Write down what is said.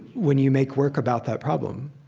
when you make work about that problem,